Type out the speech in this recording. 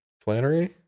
Flannery